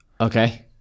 Okay